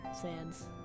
sands